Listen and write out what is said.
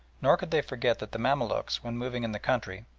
nor could they forget that the mamaluks when moving in the country,